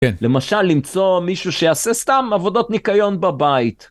כן למשל למצוא מישהו שיעשה סתם עבודות ניקיון בבית.